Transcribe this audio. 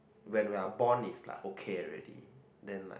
when we are born is like okay already then like